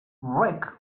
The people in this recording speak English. rick